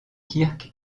kirk